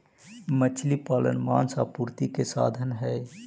मछली पालन मांस आपूर्ति के साधन हई